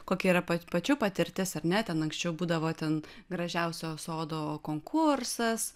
kokia yra pat pačių patirtis ar ne ten anksčiau būdavo ten gražiausio sodo konkursas